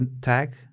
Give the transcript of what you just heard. tag